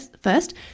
first